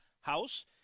House